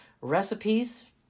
recipes